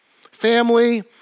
Family